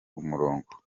umurongo